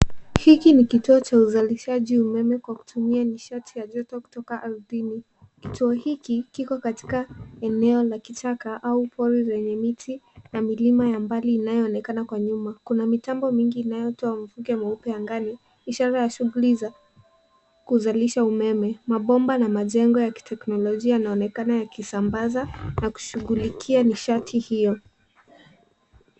Hiki ni kituo cha uzalishaji umeme kwa kutumia nishati ya joto kutoka ardhini. Kituo hiki kiko katika eneo la kichaka au pori lenye miti na milima ya mbali inayoonekana kwa nyuma. Kuna mitambo mingi inayotoa mvuke mweupe angani, ishara ya shughuli za kuzalisha umeme. Mabomba na majengo ya kiteknolojia yanaonekana yakisambaza na kushughulikia nishati hiyo.